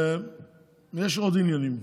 ויש עוד עניינים.